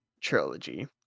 trilogy